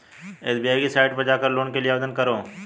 SBI की site पर जाकर लोन के लिए आवेदन करो